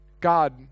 God